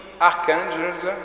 archangels